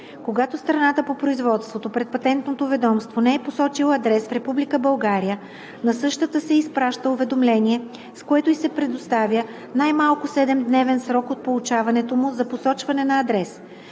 Когато страната по производството пред Патентното ведомство не е посочила адрес в Република България, на същата се изпраща уведомление, с което ѝ се предоставя най-малко 7-дневен срок от получаването му за посочване на адрес.